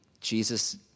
Jesus